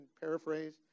paraphrase